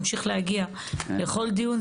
ממשיך להגיע לכל דיון,